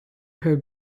her